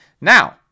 Now